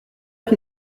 qui